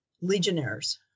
legionnaires